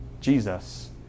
Jesus